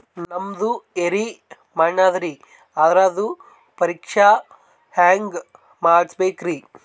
ನಮ್ದು ಎರಿ ಮಣ್ಣದರಿ, ಅದರದು ಪರೀಕ್ಷಾ ಹ್ಯಾಂಗ್ ಮಾಡಿಸ್ಬೇಕ್ರಿ?